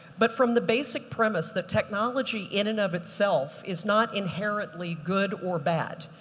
but from the basic premise that technology in and of itself, is not inherently good or bad.